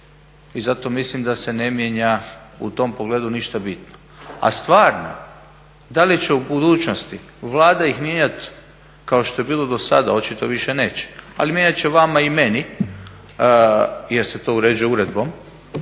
I zato mislim da se ne mijenja u tom pogledu ništa bitno. A stvarno da li će u budućnosti Vlada ih mijenjati kao što je bilo do sada, očito više neće ali mijenjati će vama i meni jer se to uređuje uredbom,